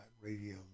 Radio